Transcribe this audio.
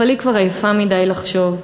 אבל היא כבר עייפה מדי לחשוב.